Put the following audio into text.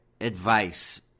advice